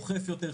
אוכף יותר,